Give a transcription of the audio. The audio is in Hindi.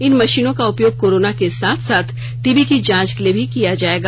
इन मशीनों का उपयोग कोरोना के साथ साथ टीबी की जांच के लिए भी किया जाएगा